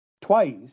twice